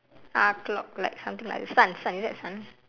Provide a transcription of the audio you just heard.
ah clock like something like that sun sun is it that a sun